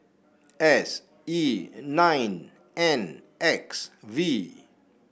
S E nine N X V